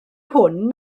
hwn